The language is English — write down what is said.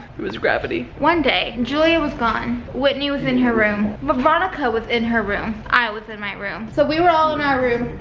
it was gravity. one day, julia was gone, whitney was in her room, veronica was in her room, i was in my room. so we were all in our room,